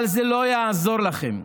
אבל זה לא יעזור לכם.